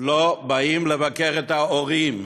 לא באים לבקר את ההורים,